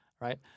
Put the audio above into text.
right